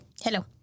Hello